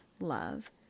love